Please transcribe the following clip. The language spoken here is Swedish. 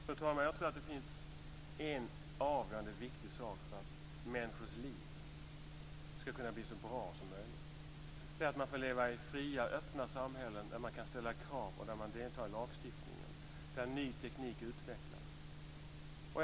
Fru talman! Jag tror att det finns en avgörande och viktig sak för att människors liv ska kunna bli så bra som möjligt. Det är att man får leva i fria, öppna samhällen där man kan ställa krav, där man deltar i lagstiftningen och där ny teknik utvecklas.